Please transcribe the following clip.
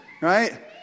Right